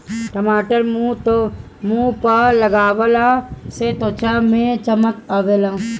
टमाटर मुंह पअ लगवला से त्वचा में चमक आवेला